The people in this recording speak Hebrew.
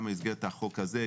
גם במסגרת החוק הזה,